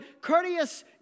courteous